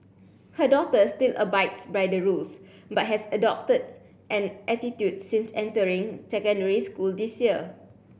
her daughter still abides by the rules but has adopted an attitude since entering secondary school this year